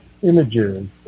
images